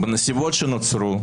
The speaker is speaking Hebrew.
בנסיבות שנוצרו,